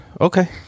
Okay